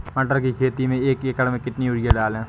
मटर की खेती में एक एकड़ में कितनी यूरिया डालें?